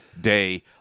day